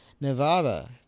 Nevada